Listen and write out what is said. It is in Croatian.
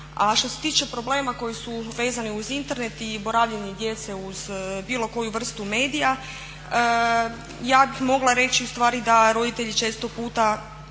A što se tiče problema koji su vezani uz Internet i boravljenje djece uz bilo koju vrstu medija ja bih mogla reći u stvari da roditelji često puta